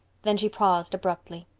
then she paused abruptly.